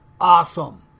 awesome